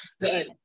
Good